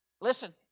Listen